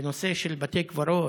ונושא של בתי קברות,